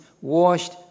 washed